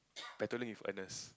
battling with Earnest